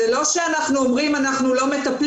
זה לא שאנחנו אומרים שאנחנו לא מטפלים,